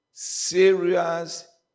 Serious